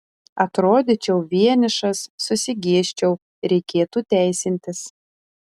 atrodyčiau vienišas susigėsčiau reikėtų teisintis